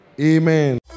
Amen